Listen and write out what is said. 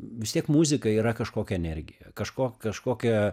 vis tiek muzika yra kažkokia energija kažko kažkokia